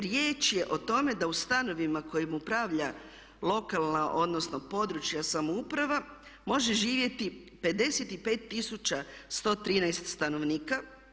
Riječ je o tome da u stanovima kojima upravlja lokalna, odnosno područja samouprava može živjeti 55 tisuća 113 stanovnika.